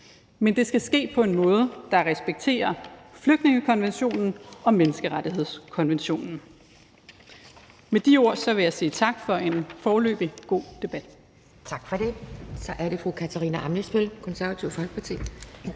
Men det skal ske på en måde, der respekterer flygtningekonventionen og menneskerettighedskonventionen. Med de ord vil jeg sige tak for en foreløbig god debat.